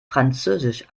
französisch